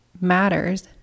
matters